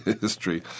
history